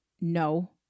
No